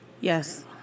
Yes